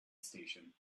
station